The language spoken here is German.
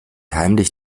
heimlich